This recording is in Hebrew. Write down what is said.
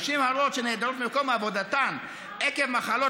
נשים הרות שנעדרות ממקום עבודתן עקב מחלות